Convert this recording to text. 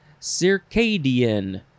circadian